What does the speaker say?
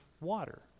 water